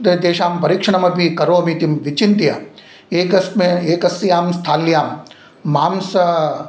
ते तेषां परीक्षणमपि करोमि इति विचिन्त्य एकस्मे एकस्यां स्थाल्यां मांस